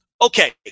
okay